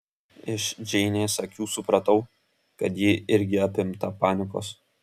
iš džeinės akių supratau kad ji irgi apimta panikos